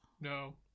No